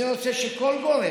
אני רוצה שכל גורם,